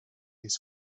his